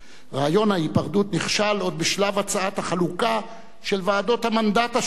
רעיון ההיפרדות נכשל עוד בשלב הצעת החלוקה של ועדות המנדט השונות.